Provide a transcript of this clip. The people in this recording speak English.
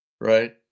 right